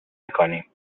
میکنیم